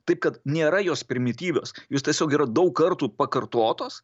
taip kad nėra jos primityvios jos tiesiog yra daug kartų pakartotos